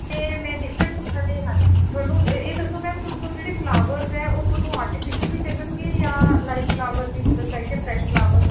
ਅਤੇ ਮੈਂ ਡਿਫ਼ਰੈਟ ਹਾਂਜੀ ਤੁਹਾਨੂੰ ਇਹ ਦੱਸੋ ਮੈਮ ਤੁਸੀਂ ਤੁਹਾਨੂੰ ਜਿਹੜਾ ਫਲਾਵਰਸ ਹੈ ਉਹ ਤੁਹਾਨੂੰ ਆਰਟੀਫਿਸ਼ਲ ਵੀ ਚੱਲਣਗੇ ਜਾਂ ਲਾਈਵ ਫਲਾਵਰ ਹੀ ਮਤਲਵ ਚਾਹੀਦੇ ਫ੍ਰੈਸ਼ ਫਲਾਵਰ